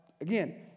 again